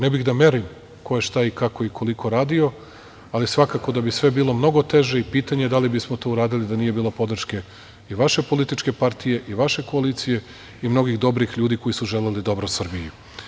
Ne bih da merim ko je šta, kako i koliko radio, ali svakako da bi sve bilo mnogo teže i pitanje je da li bismo to uradili da nije bilo podrške i vaše političke partije i vaše koalicije i mnogih dobrih ljudi koji su želeli dobro Srbiji.